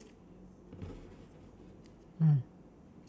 mm